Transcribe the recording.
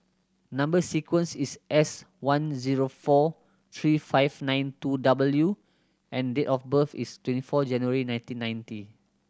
number sequence is S one zero four three five nine two W and date of birth is twenty four January nineteen ninety